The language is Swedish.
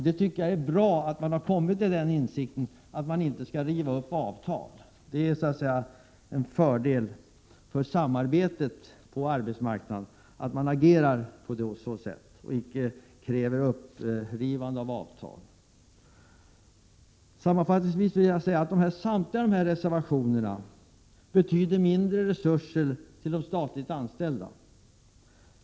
Det är bra att ni har kommit till den insikten att ni inte skall riva upp avtal. Det är en fördel för samarbetet på arbetsmarknaden att ni agerar så och inte kräver att avtal skall rivas upp. Sammanfattningsvis vill jag anföra att samtliga dessa reservationer betyder mindre resurser till de statligt anställda.